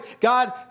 God